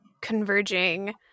converging